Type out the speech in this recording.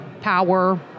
power